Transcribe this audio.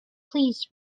please